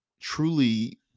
Truly